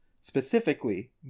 specifically